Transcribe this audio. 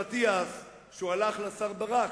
סיפר לי השר אטיאס שהוא הלך לשר ברק.